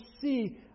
see